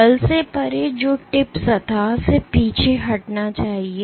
बल से परे जो टिप सतह से पीछे हटना चाहिए